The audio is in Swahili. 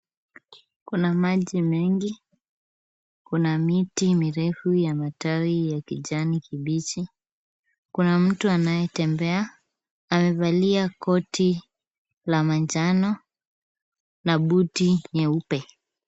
Kuna maji mengi. Kuna miti mirefu yenye matawi ya kijani kibichi. Kuna mtu anayetembea. Amevalia koti la manjano, na buti nyeupe.